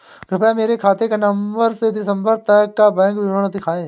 कृपया मेरे खाते का नवम्बर से दिसम्बर तक का बैंक विवरण दिखाएं?